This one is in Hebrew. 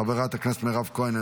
חברת הכנסת מירב כהן,